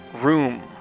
Room